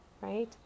right